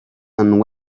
and